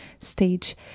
stage